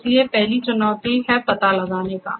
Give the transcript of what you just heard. इसलिए पहली चुनौती पता लगाना है